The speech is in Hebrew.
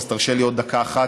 אז תרשה לי עוד דקה אחת.